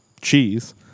cheese